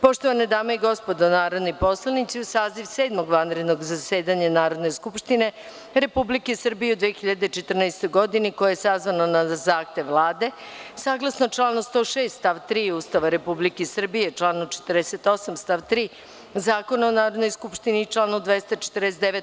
Poštovane dame i gospodo narodni poslanici, u saziv Sedmog vanrednog zasedanja Narodne skupštine Republike Srbije u 2014. godini koja je sazvana na zahtev Vlade, saglasno članu 106. stav 3. Ustava Republike Srbije, članu 48. stav 3. Zakona o Narodnoj skupštini i članu 249.